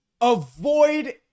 avoid